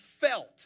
felt